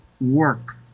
work